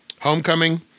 Homecoming